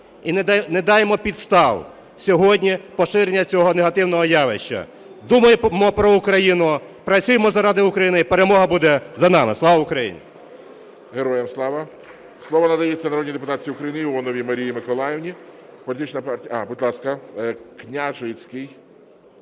І не даймо підстав сьогодні поширення цього негативного явища. Думаймо про Україну, працюймо заради України – і перемога буде за нами! Слава Україні! ГОЛОВУЮЧИЙ. Героям слава! Слово надається народній депутатці України Іоновій Марії Миколаївні.